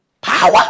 Power